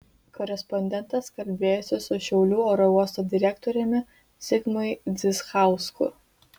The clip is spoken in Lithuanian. korespondentas kalbėjosi su šiaulių oro uosto direktoriumi zigmui zdzichausku